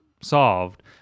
solved